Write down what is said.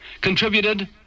Contributed